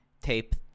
tape